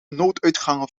nooduitgangen